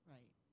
Right